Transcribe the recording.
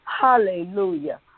Hallelujah